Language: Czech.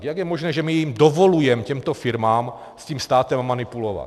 Jak je možné, že my dovolujeme těmto firmám s tím státem manipulovat?